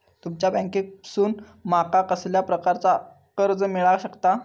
तुमच्या बँकेसून माका कसल्या प्रकारचा कर्ज मिला शकता?